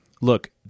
look